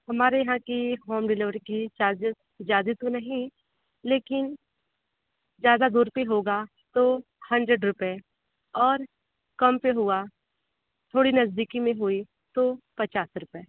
हमारे यहाँ की होम डिलिवरी की चार्जिज़ ज़्यादा तो नहीं लेकिन ज़्यादा दूर भी होगा तो हंड्रेड रुपये और कम पे हुआ थोड़ी नज़दीकी में हुई तो पचास रुपये